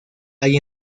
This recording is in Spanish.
hay